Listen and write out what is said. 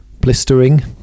Blistering